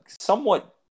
somewhat